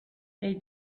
they